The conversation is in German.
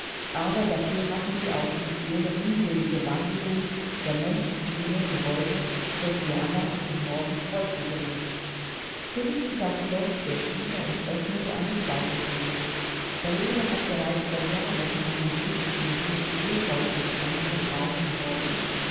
aber dafür hatten sie auch nicht jene unselige wandelung der menschenzunge die heute hosianna und morgen kreuzige ruft felicitas schloß den schieber und öffnete eine zweite thür der leser hat bereits vor jahren einen blick in diesen epheuumsponnenen raum geworfen